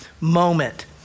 moment